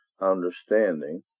understanding